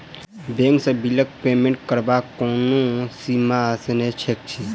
Bank सँ बिलक payment करबाक कोनो सीमा सेहो छैक की?